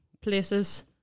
places